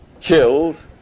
killed